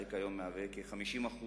ההיי-טק היום מהווה כ-50%